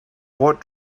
what